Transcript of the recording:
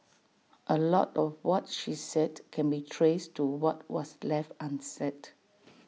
A lot of what she said can be traced to what was left unsaid